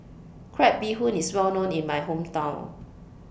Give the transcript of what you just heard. Crab Bee Hoon IS Well known in My Hometown